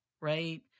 right